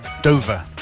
Dover